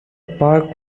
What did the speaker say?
park